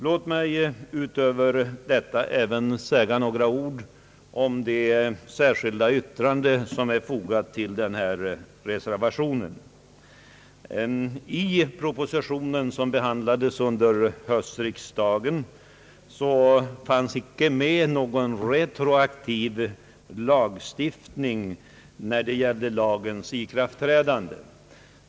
Låt mig utöver detta även säga några ord om det särskilda yttrande som är fogat till betänkandet. I propositionen, som behandlades under höstriksdagen, fanns icke något förslag om att lagen skulle träda i kraft retroaktivt.